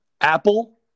apple